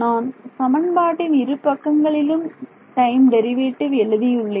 நான் சமன்பாட்டின் இருபக்கங்களிலும் டைம் டெரிவேட்டிவ் எழுதியுள்ளேன்